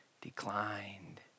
declined